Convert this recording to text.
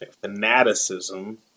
fanaticism